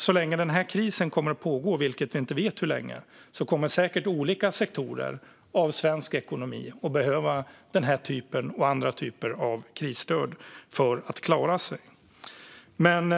Så länge den här krisen pågår - vi vet inte hur länge - kommer säkert olika sektorer av svensk ekonomi att behöva den här typen och andra typer av krisstöd för att klara sig.